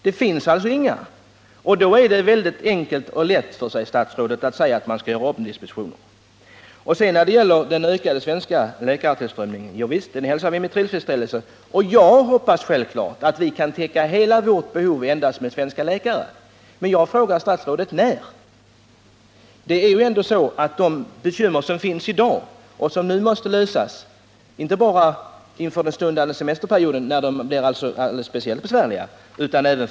Det finns alltså inga, och då är det att göra det väldigt lätt för sig att säga att man skall göra omdispositioner. Den ökade svenska läkartillströmningen hälsar vi med tillfredsställelse, och jag hoppas självfallet att vi kan täcka hela vårt behov med endast svenska läkare. Men jag frågar statsrådet: När går detta att genomföra? Dagens problem måste lösas snarast, och då inte bara med tanke på den stundande semesterperioden då problemen blir särskilt besvärliga, utan för tiden närmast efter semestern.